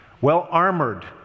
well-armored